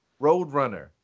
Roadrunner